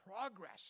progress